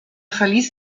verließ